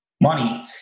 money